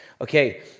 Okay